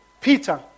Peter